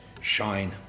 shine